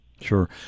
Sure